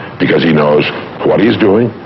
because he knows what he's doing,